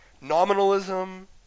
nominalism